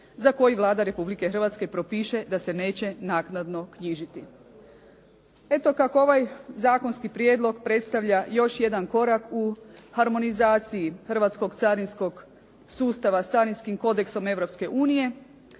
za koji Vlada Republike Hrvatske propiše da se neće naknadno knjižiti. Eto kako ovaj zakonski prijedlog predstavlja još jedan korak u harmonizaciji hrvatskog carinskog sustava sa carinskim kodeksom